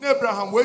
Abraham